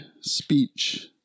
speech